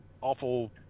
awful